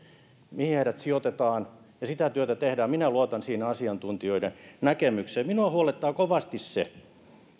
mihin heidät sijoitetaan sitä työtä tehdään minä luotan siinä asiantuntijoiden näkemykseen minua huolettaa kovasti